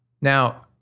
Now